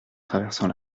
traversant